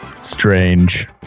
strange